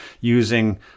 using